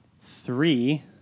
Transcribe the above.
three